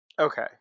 okay